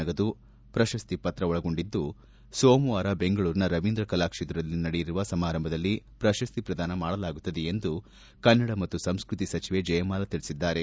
ನಗದು ಪ್ರಶಸ್ತಿ ಪತ್ರ ಒಳಗೊಂಡಿದ್ದು ಸೋಮವಾರ ಬೆಂಗಳೂರಿನ ರವೀಂದ್ರ ಕಲಾಕ್ಷೇತ್ರದಲ್ಲಿ ನಡೆಯಲಿರುವ ಸಮಾರಂಭದಲ್ಲಿ ಪ್ರಶಸ್ತಿ ಪ್ರದಾನ ಮಾಡಲಾಗುತ್ತದೆ ಎಂದು ಕನ್ನಡ ಮತ್ತು ಸಂಸ್ಕತಿ ಸಚಿವೆ ಜಯಮಾಲ ತಿಳಿಸಿದ್ದಾರೆ